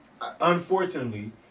Unfortunately